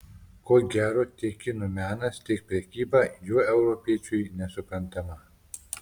ko gero tiek kinų menas tiek prekyba juo europiečiui nesuprantama